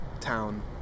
town